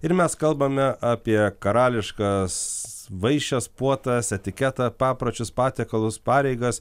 ir mes kalbame apie karališkas vaišes puotas etiketą papročius patiekalus pareigas